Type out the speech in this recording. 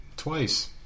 twice